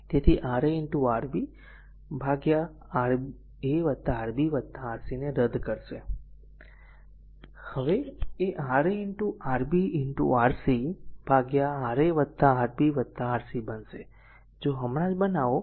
તેથી Ra Rb Ra Rb Rc રદ કરશે એ Ra Rb Rc Ra Rb R બનશે જો હમણાં જ બનાવો